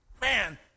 Man